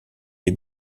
des